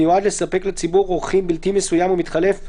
המיועד לספק לציבור אורחים בלתי מסוים ומתחלף,